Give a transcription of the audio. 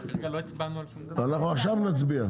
אנחנו עכשיו נצביע.